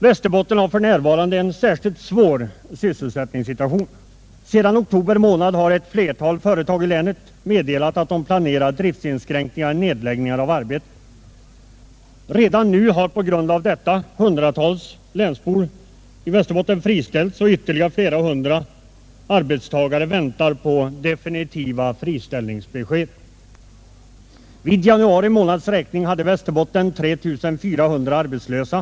Västerbotten har för närvarande en särskilt svår sysselsättningssituation. Sedan oktober månad har ett flertal företag i länet meddelat att de planerar driftinskränkningar och nedläggning av arbete. Redan nu har på grund härav hundratals länsbor friställts, och ytterligare flera hundra arbetstagare väntar på definitiva friställningsbesked. Vid januari månads räkning hade Västerbotten 3 400 arbetslösa.